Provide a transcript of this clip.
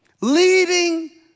leading